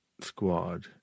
squad